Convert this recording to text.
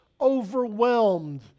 overwhelmed